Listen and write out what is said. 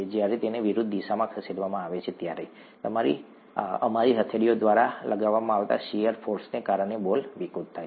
જ્યારે તેને વિરુદ્ધ દિશામાં ખસેડવામાં આવે છે ત્યારે અમારી હથેળીઓ દ્વારા લગાવવામાં આવતા શીયર ફોર્સને કારણે બોલ વિકૃત થાય છે